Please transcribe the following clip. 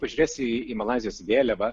pažiūrėsi į malaizijos vėliavą